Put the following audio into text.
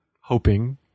hoping